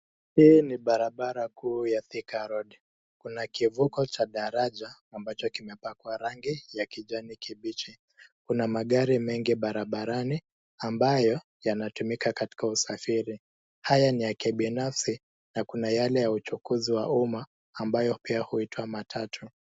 Hii ni barabara kuu ya Thika Road. Kuna kivuko cha daraja ambacho kimepakwa rangi ya kijani kibichi. Kuna magari mengi barabarani ambayo yanatumika katika usafiri. Haya ni ya kibinafsi na kuna yale ya uchukuzi wa umma ambayo pia huitwa matatu.